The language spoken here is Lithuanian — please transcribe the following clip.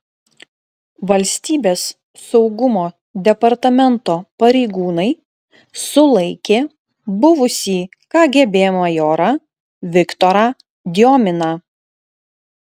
valstybės saugumo departamento pareigūnai sulaikė buvusį kgb majorą viktorą diominą